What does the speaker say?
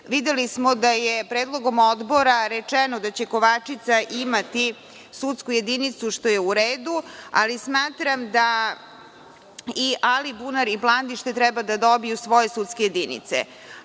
Videli smo da je predlogom odbora rečeno da će Kovačica imati sudsku jedinicu, što je u redu, ali smatram da i Alibunar i Plandište treba da dobiju svoje sudske jedinice.